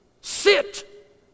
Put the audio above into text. Sit